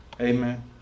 Amen